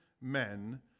men